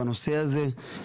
בנושא הזה.